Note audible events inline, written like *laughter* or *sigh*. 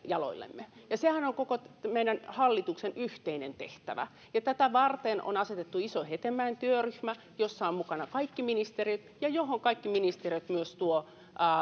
*unintelligible* jaloillemme sehän on koko meidän hallituksen yhteinen tehtävä ja tätä varten on asetettu iso hetemäen työryhmä jossa ovat mukana kaikki ministerit ja johon kaikki ministeriöt myös tuovat